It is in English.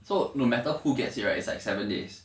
so no matter who gets it right it's like seven days